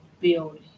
build